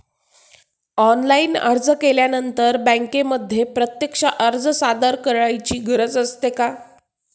Online अर्ज केल्यानंतर बँकेमध्ये प्रत्यक्ष अर्ज सादर करायची गरज असते का?